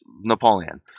Napoleon